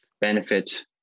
benefit